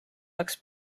läks